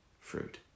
fruit